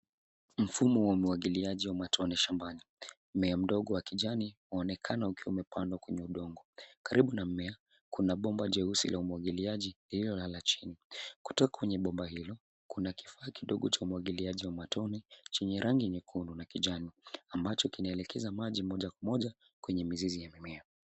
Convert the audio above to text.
Mfumo wa umwagiliaji wa matone shambani. Mmea mdogo wa kijani waonekana ukiwa umepandwa kwenye udongo. Karibu na mmea kuna bomba jeusi la umwagiliaji iliyo lala chini. Kutoka kwenye bomba hilo, kuna kifaa kidogo cha umwagiliaji wa matone chenye rangi nyekundu na kijani ambacho kinaelekeza maji moja kwa moja kwenye mizizi ya mimea.